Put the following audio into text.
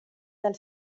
del